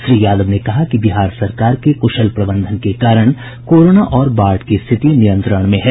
श्री यादव ने कहा कि बिहार सरकार के कुशल प्रबंधन के कारण कोरोना और बाढ़ की स्थिति नियंत्रण में है